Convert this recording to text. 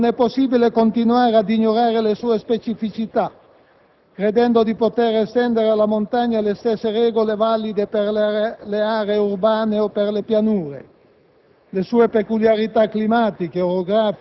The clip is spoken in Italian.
alla montagna; non è possibile continuare ad ignorare le sue specificità credendo di poter estendere alla montagna le stesse regole valide per le aree urbane o per le pianure.